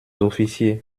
officiers